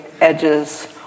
edges